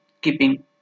keeping